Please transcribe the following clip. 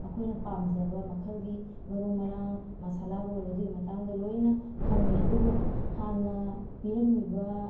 ꯑꯩꯈꯣꯏꯅ ꯄꯥꯝꯖꯕ ꯃꯈꯜꯒꯤ ꯃꯔꯨ ꯃꯔꯥꯡ ꯃꯁꯥꯂꯥꯕꯨ ꯑꯣꯏꯔꯣ ꯑꯗꯨꯏ ꯃꯇꯥꯡꯗ ꯂꯣꯏꯅ ꯐꯪꯉꯦ ꯑꯗꯨꯕꯨ ꯍꯥꯟꯅ ꯄꯤꯔꯝꯃꯤꯕ